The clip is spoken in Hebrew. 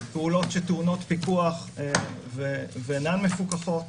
פעולות שטעונות פיקוח ואינן מפוקחות.